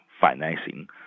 financing